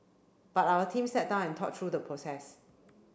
but our team sat down and thought through the process